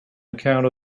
account